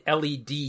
led